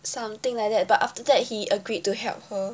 something like that but after that he agreed to help her